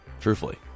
Truthfully